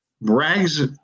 brags